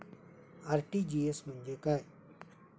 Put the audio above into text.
RTGS म्हणजे काय?